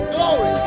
Glory